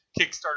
Kickstarter